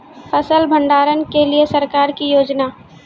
फसल भंडारण के लिए सरकार की योजना?